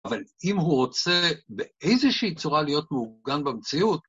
אבל אם הוא רוצה באיזושהי צורה להיות מעוגן במציאות...